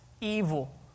evil